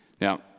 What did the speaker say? Now